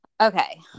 Okay